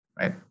right